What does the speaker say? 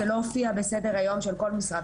זה לא הופיע בסדר היום של כל משרד